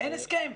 אין הסכם.